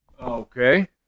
Okay